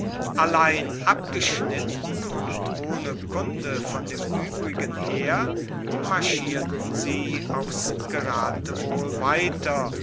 allein abgeschnitten und ohne kunde von dem uebrigen heer marschierten sie aufs geratewohl weiter